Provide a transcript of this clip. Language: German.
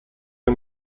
der